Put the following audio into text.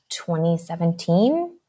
2017